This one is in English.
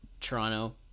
Toronto